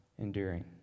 enduring